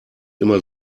immer